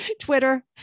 Twitter